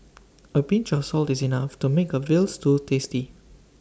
A pinch of salt is enough to make A Veal Stew tasty